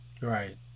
Right